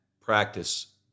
practice –